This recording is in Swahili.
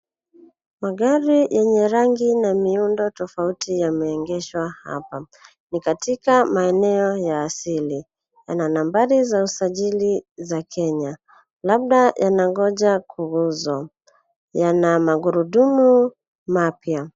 Magari yenye rangi na miundo tofauti yameegeshwa hapa. Ni katika maeneo ya asili. Yana nambari za usajili za Kenya. Labda yanangoja kuuzwa. Yana magurudumu mapya.